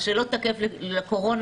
מה שלא תקף לקורונה,